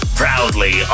proudly